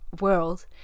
world